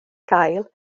gael